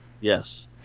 Yes